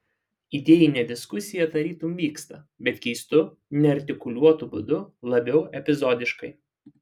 idėjinė diskusija tarytum vyksta bet keistu neartikuliuotu būdu labiau epizodiškai